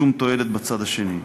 שום תועלת בצד השני.